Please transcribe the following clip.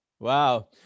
Wow